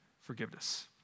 forgiveness